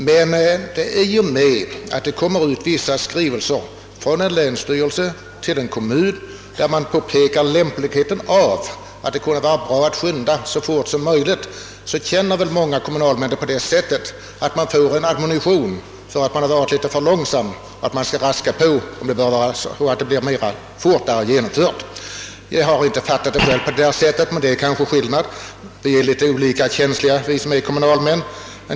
Men i och med att det kommer vissa skrivelser från en länsstyrelse till en kommun med påpekande av lämpligheten av att skynda så fort som möjligt, så känner många kommunalmän det så att de får en admonition för att de varit litet för långsamma och att de skall raska på så att reformen blir fortare genomförd. Jag har inte själv fattat det så, men vi kommunalmän är litet olika känsliga.